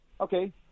Okay